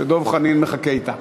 שדב חנין מחכה אתה.